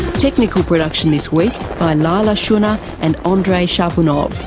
technical production this week by leila shunnar and ah andrei shabunov,